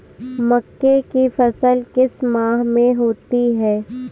मक्के की फसल किस माह में होती है?